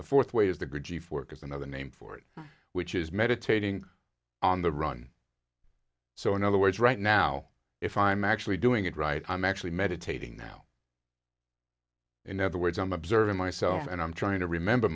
g four it is another name for it which is meditating on the run so in other words right now if i'm actually doing it right i'm actually meditating now in other words i'm observing myself and i'm trying to remember